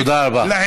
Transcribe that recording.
תודה רבה.